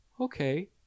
Okay